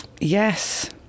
yes